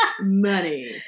Money